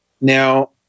Now